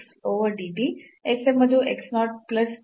x ಎಂಬುದು x 0 plus th